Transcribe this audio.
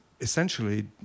essentially